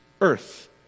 earth